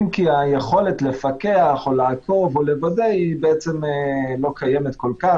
אם כי היכולת לפקח או לעקוב או לוודא היא לא קיימת כל כך,